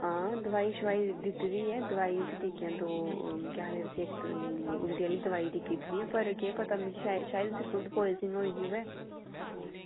हां दोआई शुआई दित्ती दी ऐ दोआई उसी टिक्कियां दौ केह् आखदे उसी उल्टी आह्ली दोआई टिक्की दित्ती दी पर केह् पता मिगी शायद उसी फूड पायजनिंग होई दी होऐ